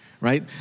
right